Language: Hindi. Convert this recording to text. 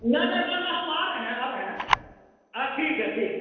ना ना ना ना हम आ रहे हैं आ रहे हैं आ ठीक है ठीक है